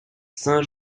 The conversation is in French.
saint